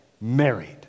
married